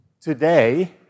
Today